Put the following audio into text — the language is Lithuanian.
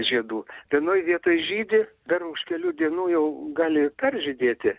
žiedų vienoj vietoj žydi dar už kelių dienų jau gali peržydėti